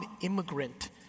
immigrant